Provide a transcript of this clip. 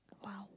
!wow!